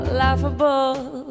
laughable